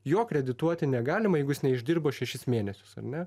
jo kredituoti negalima jeigu jis neišdirbo šešis mėnesius ar ne